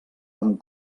amb